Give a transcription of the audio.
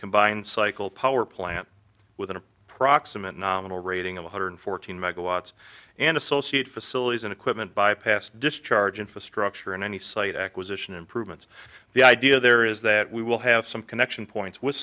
combined cycle power plant with an approximate nominal rating of one hundred fourteen megawatts and associate facilities and equipment bypass discharge infrastructure and any site acquisition improvements the idea there is that we will have some connection points with